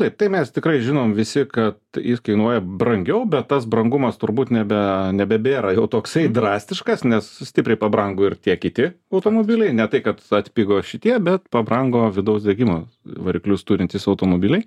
taip tai mes tikrai žinom visi kad kainuoja brangiau bet tas brangumas turbūt nebe nebebėra jau toksai drastiškas nes stipriai pabrango ir tie kiti automobiliai ne tai kad atpigo šitie bet pabrango vidaus degimo variklius turintys automobiliai